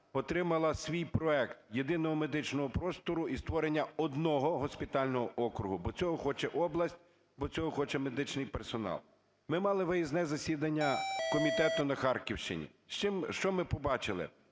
отримала свій проект єдиного медичного простору і створення одного госпітального округу, бо цього хоче область, бо цього хоче медичний персонал. Ми мали виїзне засідання комітету на Харківщині. Що ми побачили?